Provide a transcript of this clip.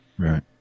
Right